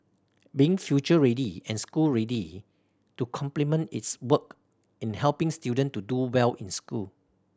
being future ready and school ready to complement its work in helping student to do well in school